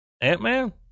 Ant-Man